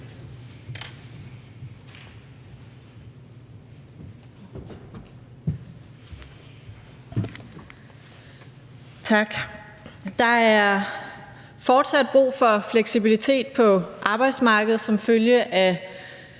Der er fortsat brug for fleksibilitet på arbejdsmarkedet som følge af